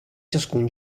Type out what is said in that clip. ciascun